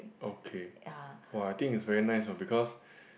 okay [wah] I think it's very nice you know because